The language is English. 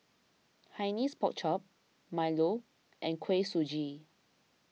Hainanese Pork Chop Milo and Kuih Suji